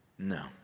No